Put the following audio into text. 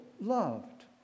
loved